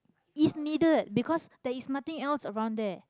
is needed because there is nothing else around there